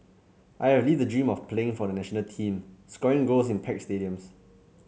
I have lived the dream of playing for the national team scoring goals in packed stadiums